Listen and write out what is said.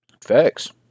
Facts